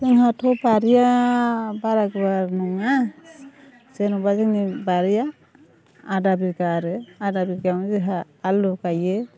जोंहाथ' बारिया बारा गुवार नङा जेन'बा जोंनि बारिया आदा बिगा आरो आदा बिगायावनो जोहा आलु गायो